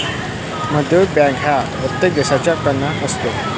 मध्यवर्ती बँक हा प्रत्येक देशाचा कणा असतो